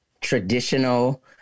traditional